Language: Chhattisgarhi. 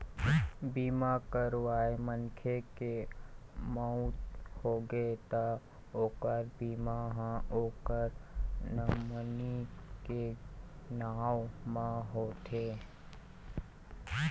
बीमा करवाए मनखे के मउत होगे त ओखर बीमा ह ओखर नामनी के नांव म हो जाथे